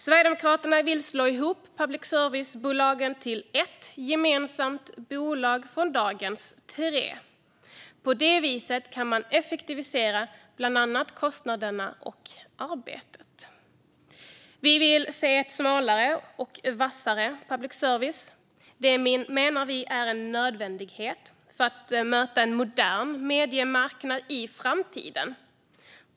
Sverigedemokraterna vill slå ihop public service-bolagen till ett enda gemensamt bolag, från dagens tre. På det viset kan man effektivisera bland annat kostnaderna och arbetet. Vi vill se en smalare och vassare public service. Vi menar att detta är en nödvändighet för att möta en modern mediemarknad i framtiden.